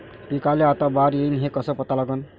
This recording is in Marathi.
पिकाले आता बार येईन हे कसं पता लागन?